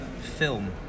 film